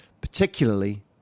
particularly